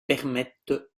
permettent